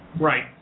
Right